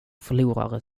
förlorare